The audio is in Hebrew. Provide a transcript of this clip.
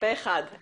2 נגד,